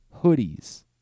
hoodies